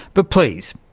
but please,